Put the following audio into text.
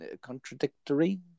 contradictory